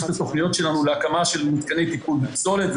את התוכניות שלנו להקמת מתקני טיפול בפסולת.